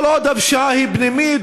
כל עוד הפשיעה היא פנימית,